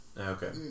Okay